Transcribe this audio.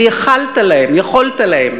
ויכולת להם,